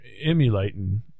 emulating